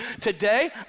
Today